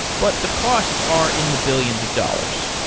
but the costs are in the billions of dollars.